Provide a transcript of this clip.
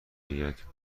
آید